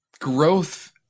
growth